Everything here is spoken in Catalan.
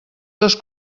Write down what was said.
les